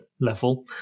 level